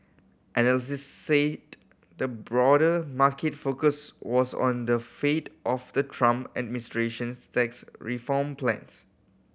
analysts said the broader market focus was on the fate of the Trump administration's tax reform plans